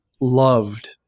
loved